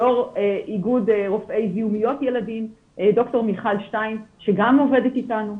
יו"ר איגוד רופאי זיהומיות ילדים ד"ר מיכל שטיין שגם עובדת איתנו,